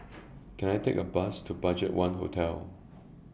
Can I Take A Bus to BudgetOne Hotel